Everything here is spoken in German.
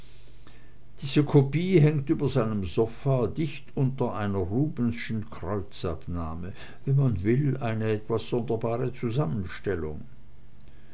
diese kopie hängt über seinem sofa dicht unter einer rubensschen kreuzabnahme wenn man will eine etwas sonderbare zusammenstellung